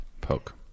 poke